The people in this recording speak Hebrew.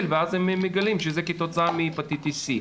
ואז הם מגלים שזה כתוצאה מהפטיטיס סי.